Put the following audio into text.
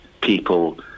people